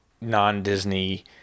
non-Disney